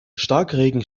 starkregen